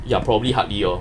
ya probably hardly